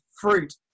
fruit